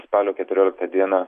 spalio keturioliktą dieną